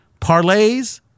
parlays